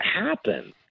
happen